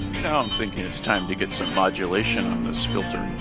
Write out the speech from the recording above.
now i'm thinking it's time to get some modulation on this filter.